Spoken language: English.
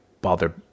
bother